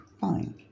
fine